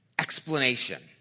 explanation